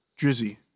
Drizzy